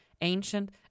Ancient